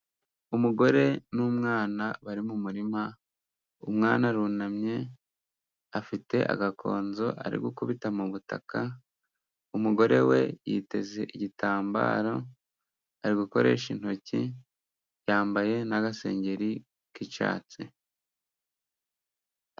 Umugore n'umwana bari mu murima, umwana arunamye afite agakonzo ari gukubita mu butaka. Umugore, we yiteze igitambaro, ari gukoresha intoki, yambaye n'agasengeri k'icyatsi.